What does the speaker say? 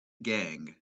gang